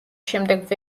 შემდეგ